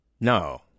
No